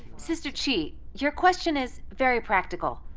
sister xie, your question is very practical!